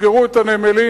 תסגרו את הנמלים,